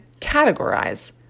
categorize